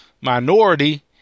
minority